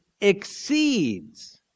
exceeds